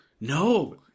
No